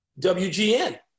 WGN